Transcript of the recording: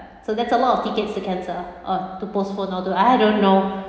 so that's a lot of tickets to cancel or to postpone all those I don't know